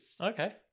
Okay